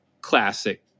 classic